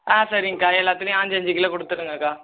ஆ சரிங்கக்கா எல்லாத்துலேயும் அஞ்சு அஞ்சு கிலோ கொடுத்துருங்கக்கா